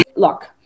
Look